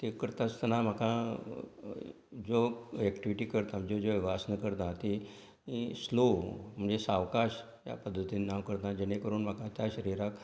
ते करता आसतना म्हाका ज्यो एक्टीविटी करतां ज्यो ज्यो आसनां करता ती स्लो म्हणजे सावकाश ह्या पद्दतीन हांव करता जेणे करून म्हाका त्या शरिराक